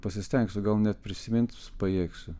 pasistengsiu gal net prisiminti pajėgsiu